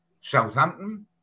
Southampton